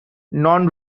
non